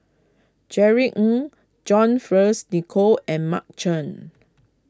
Jerry Ng John Fearns Nicoll and Mark Chan